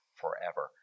forever